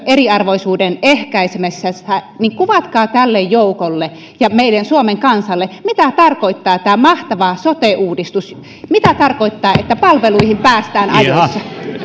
eriarvoisuuden ehkäisemisessä niin kuvatkaa tälle joukolle ja suomen kansalle mitä tarkoittaa tämä mahtava sote uudistus mitä tarkoittaa että palveluihin päästään ajoissa